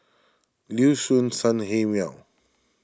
Liuxun Sanhemiao